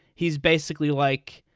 he's basically like,